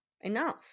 enough